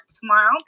tomorrow